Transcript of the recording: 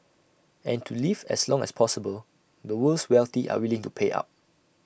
and to live as long as possible the world's wealthy are willing to pay up